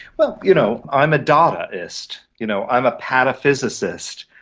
well, you know i'm a dadaist. you know i'm a pataphysicist,